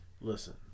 Listen